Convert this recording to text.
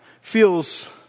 feels